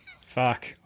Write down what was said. Fuck